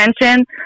attention